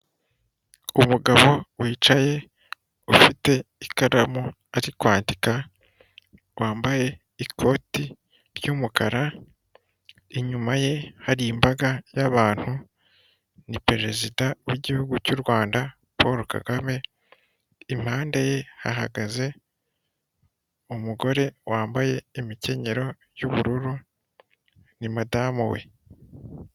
Umugabo wicaye ufite ikaramu aki kwandika, wambaye ikoti ry'umukara inyuma, ye hari imbaga y'abantu, ni perezida w'igihugu cy'u Rwanda, Paul KAGAME, i mpande ye hahagaze umugore wambaye imikenyero y'ubururu, ni madamu we.